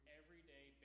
everyday